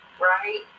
right